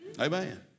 Amen